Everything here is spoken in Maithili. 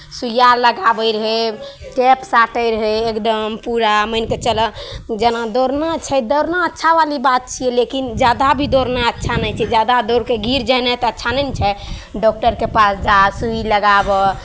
सुइआ लगाबैत रहै टेप साटैत रहै एकदम पूरा मानि कऽ चलह जेना दौड़ना छै दौड़ना अच्छा वाली बात छियै लेकिन जादा भी दौड़नाइ अच्छा नहि छै जादा दौड़ि कऽ गिर जेनाइ तऽ अच्छा नहि ने छै डॉक्टरके पास जाह सुइ लगाबह